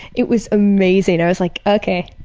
it was amazing, i was like, ok.